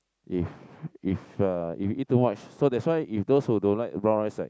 if if uh if you eat too much so that's why if those who don't like brown rice right